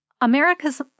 America's